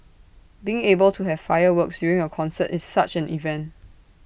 being able to have fireworks during A concert is such an event